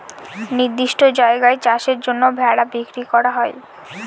নির্দিষ্ট জায়গায় চাষের জন্য ভেড়া বিক্রি করা হয়